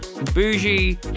Bougie